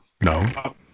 No